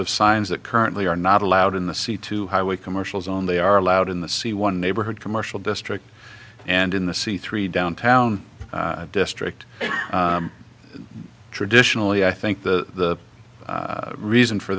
of signs that currently are not allowed in the c two highway commercials on they are allowed in the c one neighborhood commercial district and in the c three downtown district traditionally i think the reason for